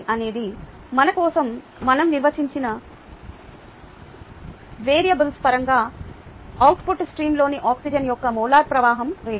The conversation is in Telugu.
అనేది మన కోసం మనం నిర్వచించిన వేరియబుల్స్ పరంగా అవుట్పుట్ స్ట్రీమ్లోని ఆక్సిజన్ యొక్క మోలార్ ప్రవాహం రేటు